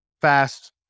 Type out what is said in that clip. fast